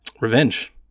Revenge